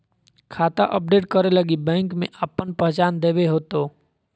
खाता अपडेट करे लगी बैंक में आपन पहचान देबे होतो